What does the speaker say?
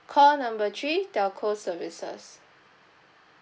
call number three telco services